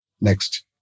Next